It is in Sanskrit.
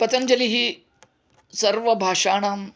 पतञ्जलिः सर्वभाषाणां